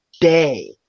day